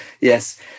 Yes